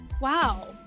wow